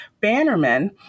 Bannerman